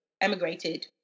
emigrated